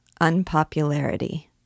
Unpopularity